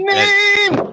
name